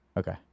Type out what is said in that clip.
Okay